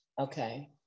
Okay